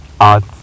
art